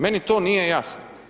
Meni to nije jasno.